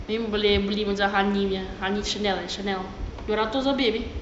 umi boleh beli macam honey punya honey chanel chanel dua ratus lebih